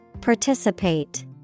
Participate